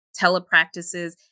telepractices